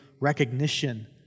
recognition